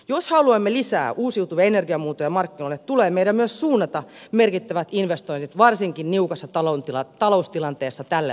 jos haluamme lisää uusiutuvia energiamuotoja markkinoille tulee meidän myös suunnata merkittävät investoinnit varsinkin niukassa taloustilanteessa tälle alalle